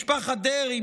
משפחת דרעי,